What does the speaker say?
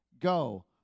Go